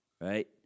Right